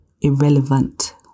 irrelevant